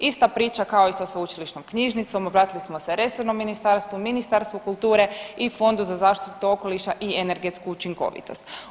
Ista priča kao i sa Sveučilišnom knjižnicom, obratili smo se resornom ministarstvu, Ministarstvu kulture i Fondu za zaštitu okoliša i energetsku učinkovitost.